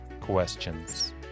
questions